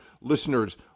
listeners